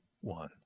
one